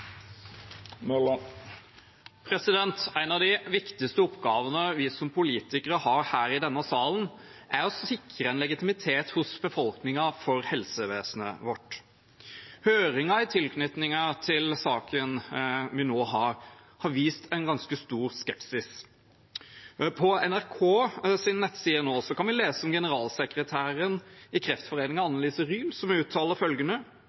En av de viktigste oppgavene vi som politikere har her i denne salen, er å sikre legitimitet hos befolkningen for helsevesenet vårt. Høringen i tilknytning til saken vi har nå, viste en ganske stor skepsis. På NRKs nettsider nå kan vi lese at generalsekretæren i Kreftforeningen, Anne Lise Ryel, uttaler følgende: